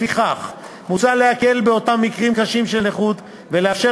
לפיכך מוצע להקל באותם מקרים קשים של נכות ולאפשר